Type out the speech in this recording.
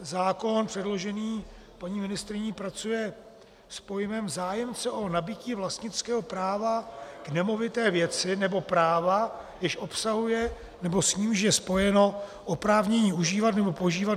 Zákon předložený paní ministryní pracuje s pojmem zájemce o nabytí vlastnického práva k nemovité věci nebo práva, jež obsahuje nebo s nímž je spojeno oprávnění užívat nebo požívat nemovitou věc.